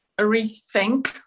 rethink